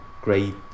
great